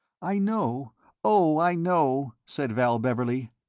i know oh! i know! said val beverley.